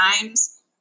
times